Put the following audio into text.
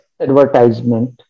advertisement